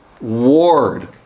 ward